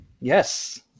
yes